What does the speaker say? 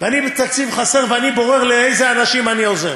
אני בתקציב חסר ואני בורר לאיזה אנשים אני עוזר